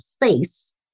place